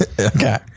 Okay